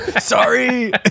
Sorry